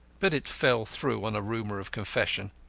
but it fell through on a rumour of confession.